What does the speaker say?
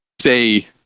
say